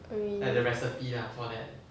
oh really